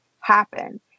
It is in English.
happen